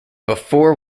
before